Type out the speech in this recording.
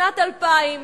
בשנת 2000,